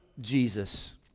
Jesus